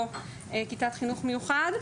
או כיתת חינוך מיוחד.